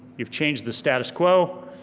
you've changed the status quo,